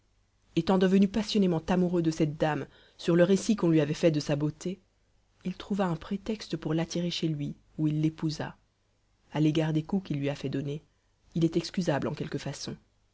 étant devenu passionnément amoureux de cette dame sur le récit qu'on lui avait fait de sa beauté il trouva un prétexte pour l'attirer chez lui où il l'épousa à l'égard des coups qu'il lui a fait donner il est excusable en quelque façon